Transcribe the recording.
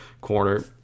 corner